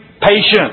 patience